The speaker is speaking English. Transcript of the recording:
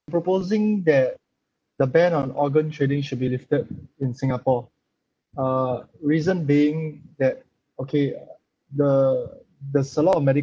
proposing that the ban on organ trading should be lifted in singapore uh reason being that okay the there's a lot of medical